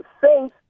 faith